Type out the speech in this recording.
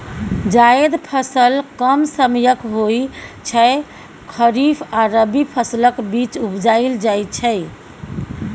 जाएद फसल कम समयक होइ छै खरीफ आ रबी फसलक बीच उपजाएल जाइ छै